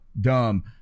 dumb